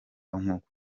nk’uko